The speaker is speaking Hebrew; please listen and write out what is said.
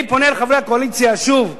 אני פונה אל חברי הקואליציה שוב,